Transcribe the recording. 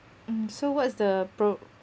mm so what's the pro